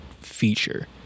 feature